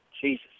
Jesus